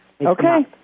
okay